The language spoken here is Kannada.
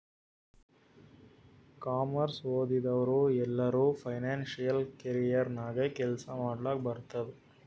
ಕಾಮರ್ಸ್ ಓದಿದವ್ರು ಎಲ್ಲರೂ ಫೈನಾನ್ಸಿಯಲ್ ಕೆರಿಯರ್ ನಾಗೆ ಕೆಲ್ಸಾ ಮಾಡ್ಲಕ್ ಬರ್ತುದ್